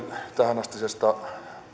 tähänastisesta hyvin